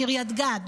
קריית גת,